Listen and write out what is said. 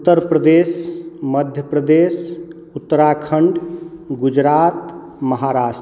Uttar Pradesh Madhya Pradesh Uttarakhand Gujarat Maharashtra